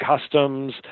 customs